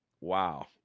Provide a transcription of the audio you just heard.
wow